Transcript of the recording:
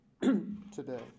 today